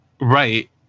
right